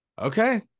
Okay